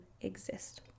exist